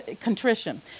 Contrition